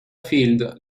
field